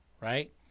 right